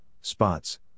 spots